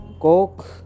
Coke